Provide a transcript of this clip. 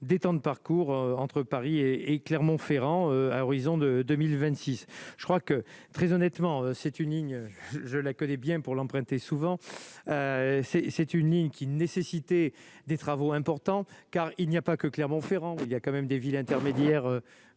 des temps de parcours entre Paris et et Clermont-Ferrand à horizon de 2026 je crois que, très honnêtement, c'est une ligne, je la connais bien pour l'emprunter, souvent c'est c'est une ligne qui nécessité des travaux importants car il n'y a pas que Clermont-Ferrand où il y a quand même des villes intermédiaires